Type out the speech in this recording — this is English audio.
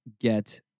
get